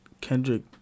Kendrick